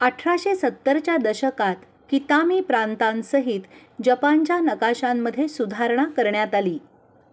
अठराशे सत्तरच्या दशकात कितामी प्रांतांसहित जपानच्या नकाशांमध्ये सुधारणा करण्यात आली